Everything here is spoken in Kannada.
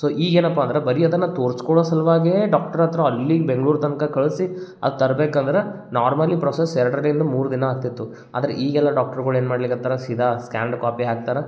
ಸೋ ಈಗ ಏನಪ್ಪ ಅಂದ್ರೆ ಬರಿ ಅದನ್ನು ತೋರ್ಸ್ಕೊಳ್ಳೊ ಸಲುವಾಗೇ ಡಾಕ್ಟ್ರ್ ಹತ್ತಿರ ಅಲ್ಲಿ ಬೆಂಗ್ಳೂರು ತನಕ ಕಳಿಸಿ ಅದು ತರಬೇಕಂದ್ರೆ ನಾರ್ಮಲ್ಲಿ ಪ್ರೋಸೆಸ್ ಎರಡರಿಂದ ಮೂರು ದಿನ ಆಗ್ತಿತ್ತು ಆದರೆ ಈಗೆಲ್ಲ ಡಾಕ್ಟ್ರುಗಳು ಏನು ಮಾಡಲಿಕತ್ತರ ಸೀದಾ ಸ್ಕ್ಯಾನ್ಡ್ ಕಾಪಿ ಹಾಕ್ತಾರ